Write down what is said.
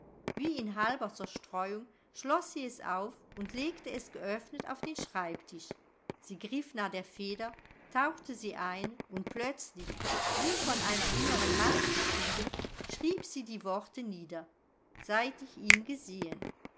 wie in halber zerstreuung schloß sie es auf und legte es geöffnet auf den schreibtisch sie griff nach der feder tauchte sie ein und plötzlich wie von einer inneren macht getrieben schrieb sie die worte nieder seit ich ihn gesehen